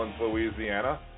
Louisiana